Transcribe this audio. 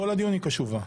כל הדיון היא קשובה.